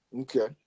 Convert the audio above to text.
Okay